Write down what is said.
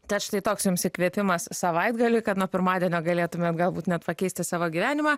tad štai toks jums įkvėpimas savaitgaliui kad nuo pirmadienio galėtumėt galbūt net pakeisti savo gyvenimą